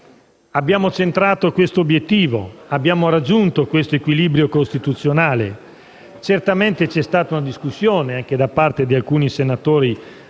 Abbiamo centrato questo obiettivo? Abbiamo raggiunto questo equilibrio costituzionale? Certamente c'è stata una discussione su questo tema, anche da parte di alcuni senatori